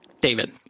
David